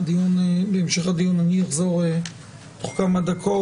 שאני אחזור תוך כמה דקות.